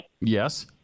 Yes